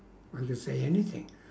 I'll just say anything